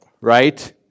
right